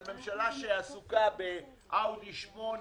זאת ממשלה שעסוקה באאודי 8,